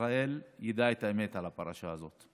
ישראל ידע את האמת על הפרשה הזאת.